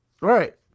Right